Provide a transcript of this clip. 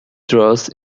draws